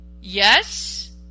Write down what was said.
yes